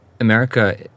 America